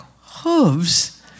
hooves